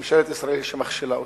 שממשלת ישראל היא שמכשילה אותה.